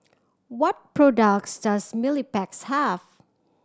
what products does Mepilex have